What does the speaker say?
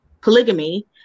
polygamy